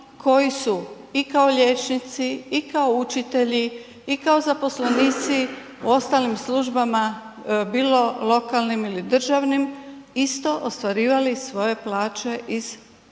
koji su i kao liječnici i kao učitelji i kao zaposlenici u ostalim službama, bilo lokalnim ili državnim isto ostvarivali svoje plaće iz tih